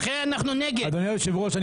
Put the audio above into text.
אדוני היושב-ראש,